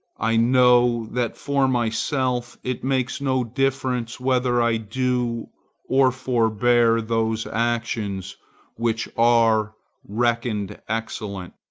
i know that for myself it makes no difference whether i do or forbear those actions which are reckoned excellent.